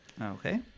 Okay